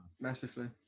massively